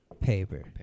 Paper